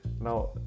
Now